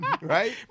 Right